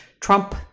Trump